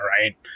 Right